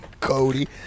Cody